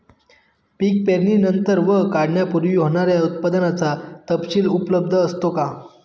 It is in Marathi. पीक पेरणीनंतर व काढणीपूर्वी होणाऱ्या उत्पादनाचा तपशील उपलब्ध असतो का?